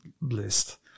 list